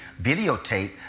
videotape